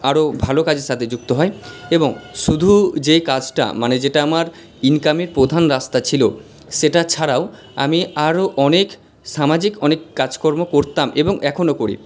আরও ভালো কাজের সাথে যুক্ত হয় এবং শুধু যেই কাজটা মানে যেটা আমার ইনকামের প্রধান রাস্তা ছিল সেটা ছাড়াও আমি আরও অনেক সামাজিক অনেক কাজকর্ম করতাম এবং এখনও করি